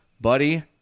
buddy